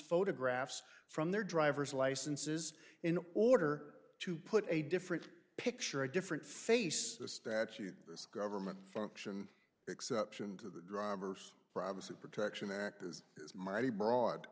photographs from their driver's licenses in order to put a different picture a different face the statute this government function exception to the driver's privacy protection act is mighty broad